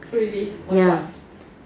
oh really on what